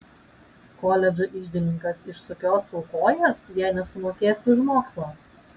koledžo iždininkas išsukios tau kojas jei nesumokėsi už mokslą